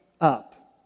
up